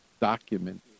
document